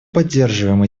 поддерживаем